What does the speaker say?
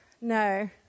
no